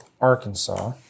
Arkansas